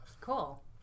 Cool